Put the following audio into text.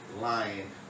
lying